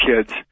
kids